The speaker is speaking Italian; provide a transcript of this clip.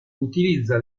utilizza